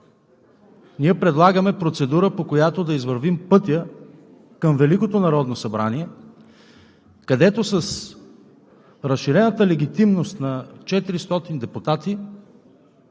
ние предлагаме процедура, по която да извървим пътя към Великото народно събрание, където с разширената легитимност на 400 депутати